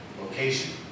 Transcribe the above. location